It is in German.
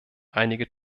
einige